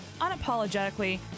unapologetically